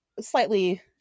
slightly